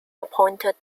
appointed